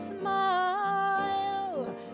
smile